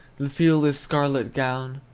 the field a scarlet gown.